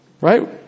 Right